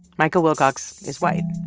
michael wilcox is white.